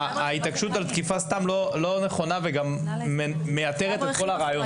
ההתעקשות על תקיפה סתם לא נכונה וגם מייתרת את כל הרעיון.